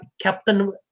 captain